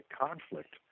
conflict